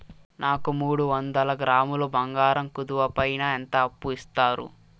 నాకు మూడు వందల గ్రాములు బంగారం కుదువు పైన ఎంత అప్పు ఇస్తారు?